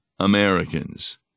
Americans